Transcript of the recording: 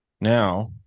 Now